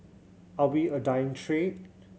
are we a dying trade